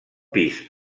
pis